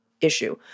issue